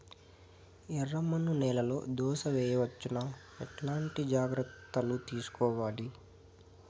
ఎర్రమన్ను నేలలో దోస వేయవచ్చునా? ఎట్లాంటి జాగ్రత్త లు తీసుకోవాలి?